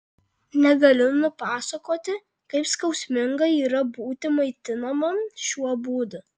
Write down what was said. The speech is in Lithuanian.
negaliu nupasakoti kaip skausminga yra būti maitinamam šiuo būdu